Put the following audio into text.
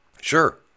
Sure